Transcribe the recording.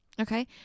Okay